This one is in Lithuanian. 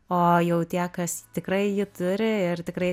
o jau tie kas tikrai ji turi ir tikrai